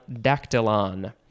dactylon